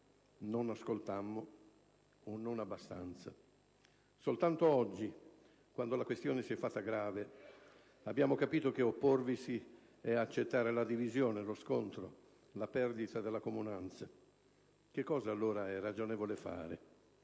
Non ascoltammo, o non abbastanza. Soltanto oggi, quando la questione si è fatta grave, abbiamo capito che opporvisi è accettare la divisione, lo scontro, la perdita della comunanza. Che cosa, allora, è ragionevole fare?